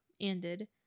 ended